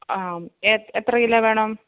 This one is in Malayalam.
ആ എത്ര കിലോ വേണം